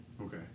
Okay